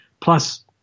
plus